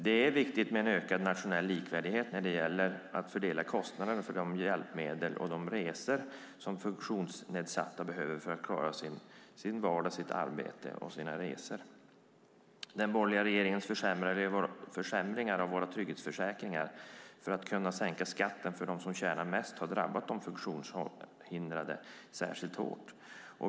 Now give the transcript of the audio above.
Det är viktigt med en ökad nationell likvärdighet när det gäller att fördela kostnaderna för de hjälpmedel som människor med funktionsnedsättningar behöver för att klara vardag och arbetsliv liksom sina resor. Den borgerliga regeringens försämringar av våra trygghetsförsäkringar för att kunna sänka skatten för dem som tjänar mest har drabbat de funktionshindrade särskilt hårt.